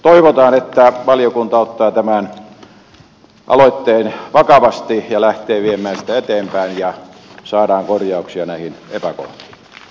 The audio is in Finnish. toivotaan että valiokunta ottaa tämän aloitteen vakavasti ja lähtee viemään sitä eteenpäin ja saadaan korjauksia näihin epäkohtiin